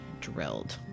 drilled